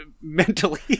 mentally